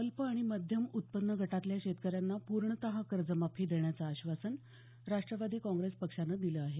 अल्प आणि मध्यम उत्पन्न गटातल्या शेतकऱ्यांना पूर्णत कर्जमाफी देण्याचं आश्वासन राष्ट्रवादी काँग्रेस पक्षानं दिलं आहे